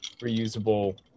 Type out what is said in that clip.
reusable